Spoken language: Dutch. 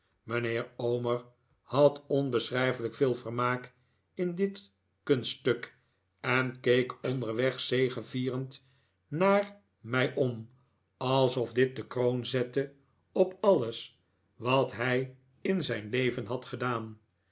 mijnheer omer had onbeschrijfelijk veel vermaak in dit kunststuk en keek onderweg zegevierend naar mij om alsof dit de kroon zette op alles wat hij in zijn leven had gedaan